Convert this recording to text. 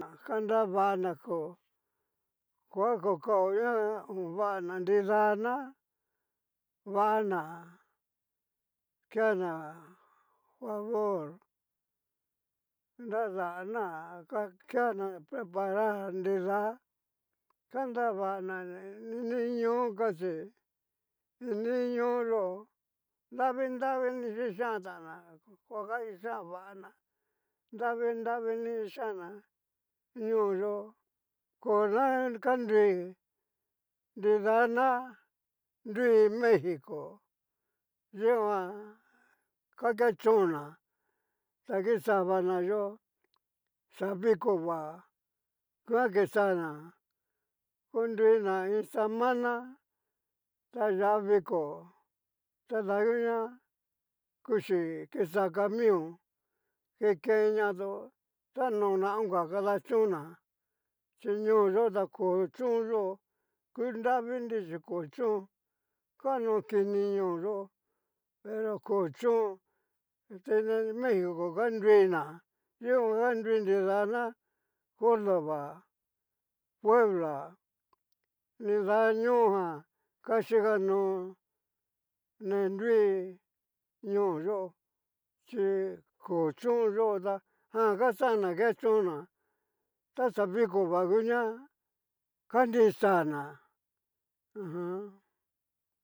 Jan ka nravana ko koa okao ña ovana a nriguan, nidana va'ana keana favor, nradana keana preparar, nida ka nravna ini ñoo casi ini ñoo yó nravi nravi ni kixan ta ná kua a kixan bana, nravi nravini kixan'na nioyó kona kanrui nidana nrui mexico, yikuan ngakechon'na, ta kixabana yó'o xa viko vá nguan kixana oruina iin semana ta yaá viko tada nguña kuxi kixa camion, kikenñatón ta konna onka kadachóna, chi ñoo yó ta ko chón yó kunravinri chi ko chón, kano kini ñoo yó pero ko chón, duni mexico ka nruina yikan a nrui ni dana kordova, puebla, nida ñoo jan, kachikano ne nrui ñoo yó chi ko chonyó tá jan xana kechonna taxa viko va nguña nrixana ajan.